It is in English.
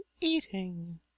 eating